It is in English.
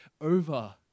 over